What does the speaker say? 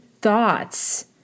thoughts